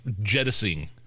jettisoning